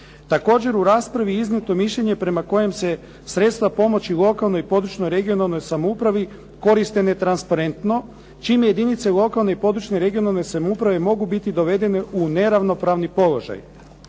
Također, u raspravi je iznijeto mišljenje prema kojem se sredstva pomoći lokalnoj i područnoj (regionalnoj) samoupravi koriste netransparentno čime jedinice lokalne i područne (regionalne) samouprave mogu biti dovedene u neravnopravni položaj.